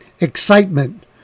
excitement